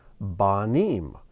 Banim